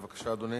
בבקשה, אדוני.